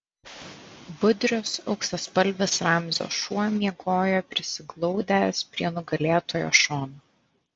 budrius auksaspalvis ramzio šuo miegojo prisiglaudęs prie nugalėtojo šono